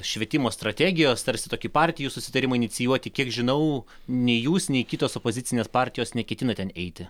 švietimo strategijos tarsi tokį partijų susitarimą inicijuoti kiek žinau nei jūs nei kitos opozicinės partijos neketina ten eiti